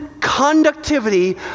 conductivity